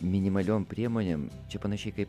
minimaliom priemonėm čia panašiai kaip